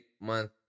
month